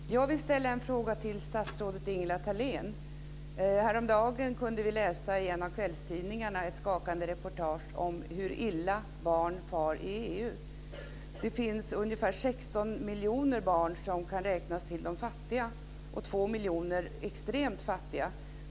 Fru talman! Jag vill ställa en fråga till statsrådet Ingela Thalén. Häromdagen kunde vi i en av kvällstidningarna läsa ett skakande reportage om hur illa barn far i EU. Det finns ungefär 16 miljoner barn som kan räknas till de fattiga, och 2 miljoner är extremt fattiga.